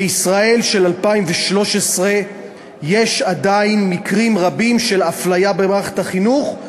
בישראל של 2013 יש עדיין מקרים רבים של הפליה במערכת החינוך,